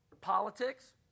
Politics